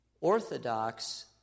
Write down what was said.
Orthodox